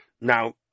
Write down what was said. Now